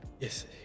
Yes